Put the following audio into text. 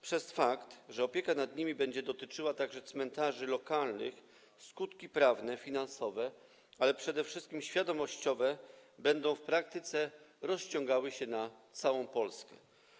Przez fakt, że opieka nad nimi będzie dotyczyła także cmentarzy lokalnych, skutki prawne, finansowe, ale przede wszystkim świadomościowe będą w praktyce rozciągały się na całą Polskę.